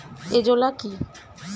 Azolla কি?